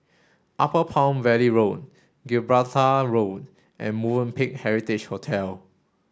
Upper Palm Valley Road Gibraltar Road and Movenpick Heritage Hotel